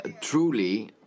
truly